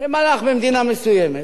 שמלך במדינה מסוימת,